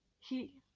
he,